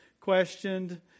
questioned